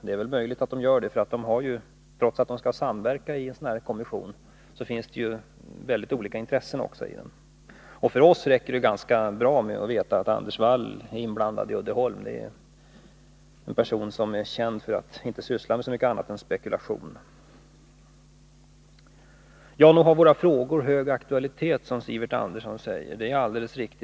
Det är väl möjligt att den gör det. Trots att man skall samverka i en sådan här kommission, finns det många olika intressen i den. För oss räcker det ganska bra med att veta att Anders Wall är inblandad i Uddeholm. Anders Wall är en person som är känd för att inte syssla med så mycket annat än spekulation. Ja, nog har våra frågor hög aktualitet, som Sivert Andersson säger.